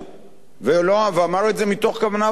ואמר את זה מתוך כוונה ורצינות.